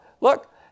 look